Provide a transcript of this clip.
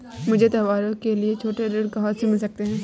मुझे त्योहारों के लिए छोटे ऋण कहाँ से मिल सकते हैं?